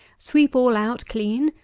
sweep all out clean,